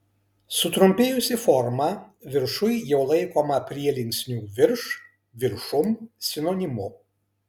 sutrumpėjusi forma viršuj jau laikoma prielinksnių virš viršum sinonimu